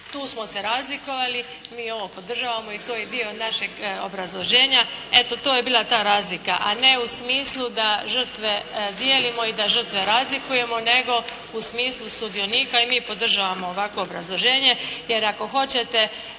Tu smo se razlikovali. Mi ovo podržavamo i to je dio našeg obrazloženja. Eto to je bila ta razlika a ne u smislu da žrtve dijelimo i da žrtve razlikujemo nego u smislu sudionika i mi podržavamo ovakvo obrazloženje jer ako hoćete